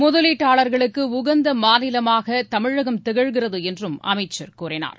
முதலீட்டாளர்களுக்கு உகந்த மாநிலமாக தமிழகம் திகழ்கிறது என்றும் அமைச்சர் கூறினார்